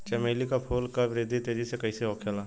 चमेली क फूल क वृद्धि तेजी से कईसे होखेला?